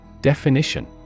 Definition